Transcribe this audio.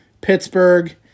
Pittsburgh